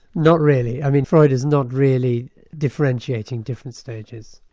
not really. i mean freud is not really differentiating different stages.